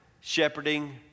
shepherding